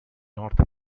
north